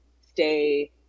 stay